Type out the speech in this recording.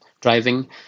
driving